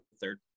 third